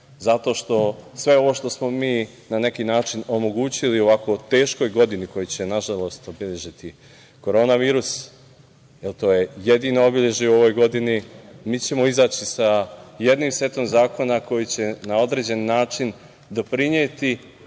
zato što sve ovo što smo mi na neki način omogućili u ovako teškoj godini, koju će nažalost obeležiti korona virus, jer to je jedino obeležje u ovoj godini, mi ćemo izaći sa jednim setom zakona koji će na određeni način doprineti